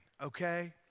okay